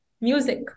music